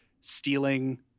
stealing